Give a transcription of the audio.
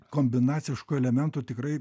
kombinaciškų elementų tikrai